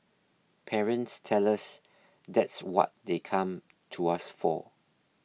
parents tell us that's what they come to us for